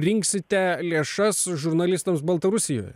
rinksite lėšas žurnalistams baltarusijoje